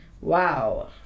wow